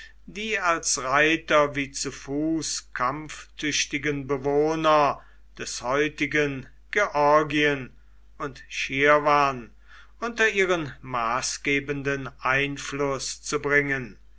die als reiter wie zu fuß kampftüchtigen bewohner des heutigen georgien und schirwn unter ihren maßgebenden einfluß zu bringen